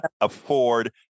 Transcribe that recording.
afford